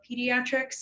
pediatrics